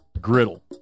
Griddle